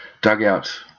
dugout